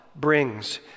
brings